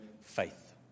faith